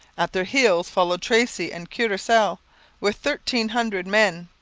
at their heels followed tracy and courcelle with thirteen hundred men.